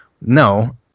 No